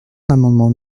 l’amendement